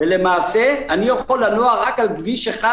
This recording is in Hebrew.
ולמעשה אני יכול לנוע רק על כביש אחד,